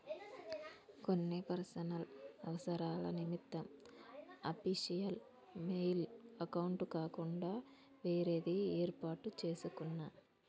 కొన్ని పర్సనల్ అవసరాల నిమిత్తం అఫీషియల్ మెయిల్ అకౌంట్ కాకుండా వేరేది యేర్పాటు చేసుకున్నా